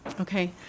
Okay